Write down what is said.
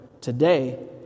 Today